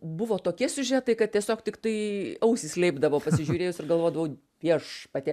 buvo tokie siužetai kad tiesiog tiktai ausys leipdavo pasižiūrėjus ir galvodavau viešpatie